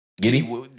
Giddy